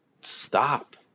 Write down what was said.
stop